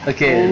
Okay